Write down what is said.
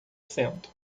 cento